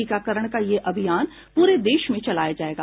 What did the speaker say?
टीकाकरण का यह अभियान पूरे देश में चलाया जायेगा